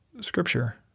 scripture